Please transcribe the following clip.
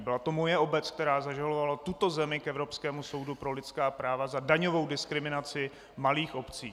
Byla to moje obec, která zažalovala tuto zemi k Evropskému soudu pro lidská práva za daňovou diskriminaci malých obcí.